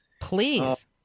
Please